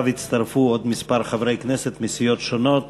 שאליו הצטרפו עוד כמה חברי כנסת מסיעות שונות